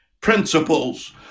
principles